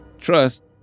Trust